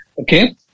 Okay